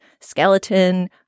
skeleton